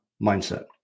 mindset